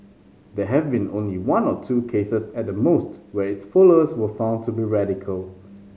there have been only one or two cases at the most where its followers were found to be radical